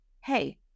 Hey